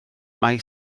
mai